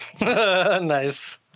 nice